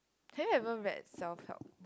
have you ever read self help